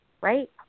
right